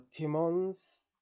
Timon's